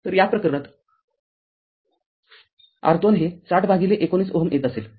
तरया प्रकरणात R२ हे ६० भागिले १९Ω येत असेल